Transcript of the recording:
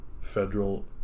federal